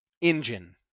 engine